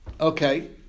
okay